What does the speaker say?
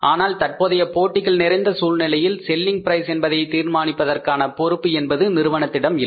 ஆனால் தற்போதைய போட்டிகள் நிறைந்த சூழ்நிலையில் செல்லிங் பிரைஸ் என்பதை தீர்மானிப்பதற்கான பொறுப்பு என்பது நிறுவனத்திடம் இல்லை